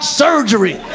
surgery